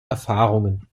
erfahrungen